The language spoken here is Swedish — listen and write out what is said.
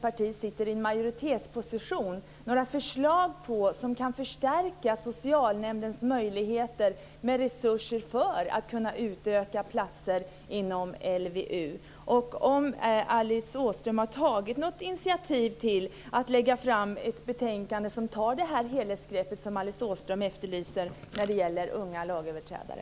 parti ofta sitter i en majoritetsposition, lagt fram några förslag som kan förstärka socialnämndens möjligheter att utöka antalet platser inom LVU? Har Alice Åström tagit något initiativ till att lägga fram ett betänkande som tar det helhetsgrepp som Alice Åström efterlyser när det gäller unga lagöverträdare?